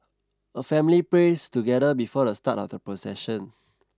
a family prays together before the start of the procession